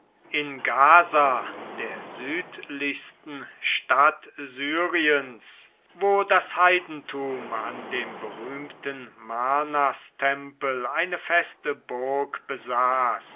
in gaza der südlichsten stadt syriens wo das heidentum an dem berühmten marnas tempel eine feste burg besaß